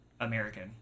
American